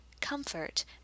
comfort